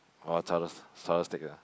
orh churros stick ah